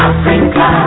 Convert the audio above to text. Africa